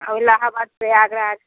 और इलाहाबाद से आगरा